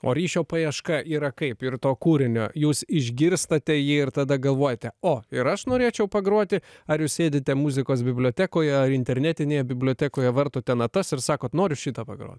o ryšio paieška yra kaip ir to kūrinio jūs išgirstate jį ir tada galvojate o ir aš norėčiau pagroti ar jūs sėdite muzikos bibliotekoje ar internetinėje bibliotekoje vartote natas ir sakot noriu šitą pagrot